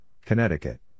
Connecticut